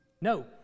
No